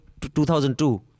2002